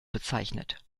bezeichnet